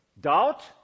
Doubt